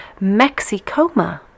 Mexicoma